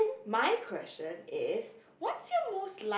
my question is what's your most